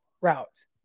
routes